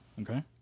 Okay